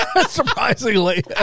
Surprisingly